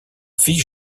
fils